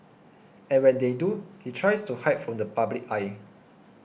and when they do he tries to hide from the public eye